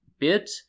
bit